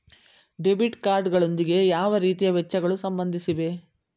Debit card ಗಳೊಂದಿಗೆ ಯಾವ ರೀತಿಯ ವೆಚ್ಚಗಳು ಸಂಬಂಧಿಸಿವೆ?